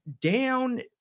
down